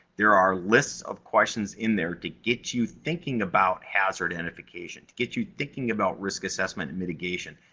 there are lists of questions in there to get you thinking about hazard identification. to get you thinking about risk assessment and mitigation.